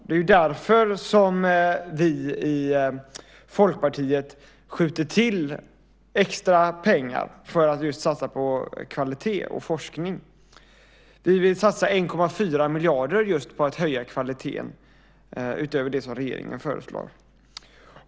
Det är därför som vi i Folkpartiet skjuter till extra pengar för att just satsa på kvalitet och forskning. Vi vill satsa 1,4 miljarder på att höja kvaliteten utöver det som regeringen föreslår.